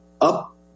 up